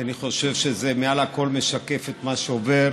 כי אני חושב שזה מעל הכול משקף את מה שעובר